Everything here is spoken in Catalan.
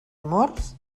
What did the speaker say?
amors